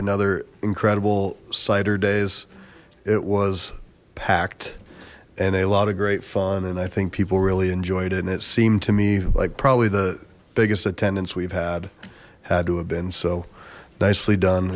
another incredible sider days it was packed and a lot of great fun and i think people really enjoyed it and it's to me like probably the biggest attendance we've had had to have been so nicely done